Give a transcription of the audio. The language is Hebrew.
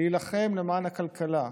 להילחם למען הכלכלה,